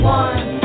one